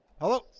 Hello